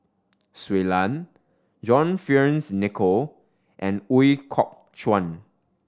Shui Lan John Fearns Nicoll and Ooi Kok Chuen